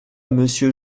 monsieur